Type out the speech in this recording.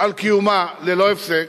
על קיומה ללא הפסק.